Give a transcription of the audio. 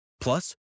Plus